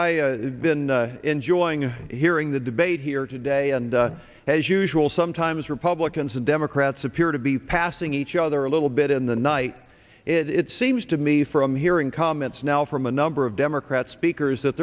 i been enjoying hearing the debate here today and as usual sometimes republicans and democrats appear to be passing each other a little bit in the night it seems to me from hearing comments now from a number of democrats speakers that